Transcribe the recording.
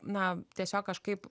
na tiesiog kažkaip